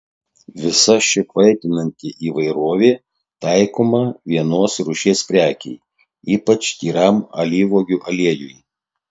visa ši kvaitinanti įvairovė taikoma vienos rūšies prekei ypač tyram alyvuogių aliejui